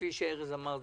כפי שארז אמר,